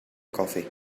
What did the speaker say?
coffee